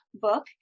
book